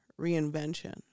reinvention